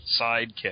sidekick